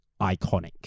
iconic